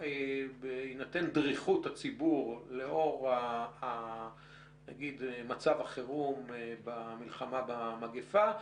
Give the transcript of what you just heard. בהינתן דריכות הציבור לאור מצב החירום במלחמה במגיפה,